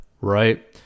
right